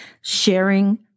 sharing